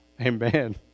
Amen